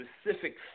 specific